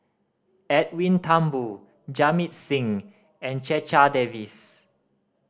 Edwin Thumboo Jamit Singh and Checha Davies